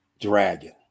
dragon